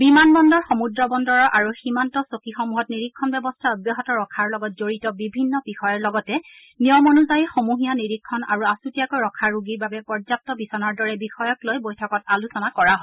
বিমান বন্দৰ সমূদ্ৰ বন্দৰৰ আৰু সীমান্ত চকীসমূহত নিৰীক্ষণ ব্যৱস্থা অব্যাহত ৰখাৰ লগত জড়িত বিভিন্ন বিষয়ৰ লগতে নিয়ম অন্যায়ী সমহীয়া নিৰীক্ষণ আৰু আছুতীয়াকৈ ৰখা ৰোগীৰ বাবে পৰ্যাপ্ত বিছনাৰ দৰে বিষয়ক লৈ বৈঠকত আলোচনা কৰা হয়